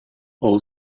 all